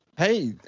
Hey